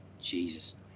Jesus